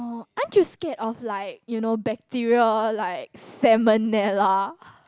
oh ain't you scared of like you know bacteria like Salmonella